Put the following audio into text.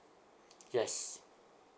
yes